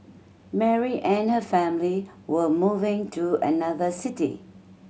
Mary and her family were moving to another city